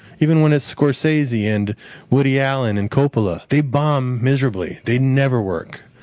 even when it's scorsese and woody allen and coppola? they bombed miserably. they never work.